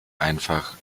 einfach